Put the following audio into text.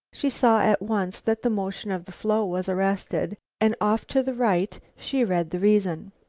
she saw at once that the motion of the floe was arrested and off to the right she read the reason.